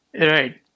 Right